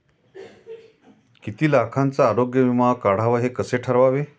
किती लाखाचा आरोग्य विमा काढावा हे कसे ठरवावे?